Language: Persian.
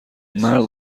مرد